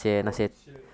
我以前